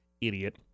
Idiot